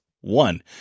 One